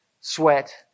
sweat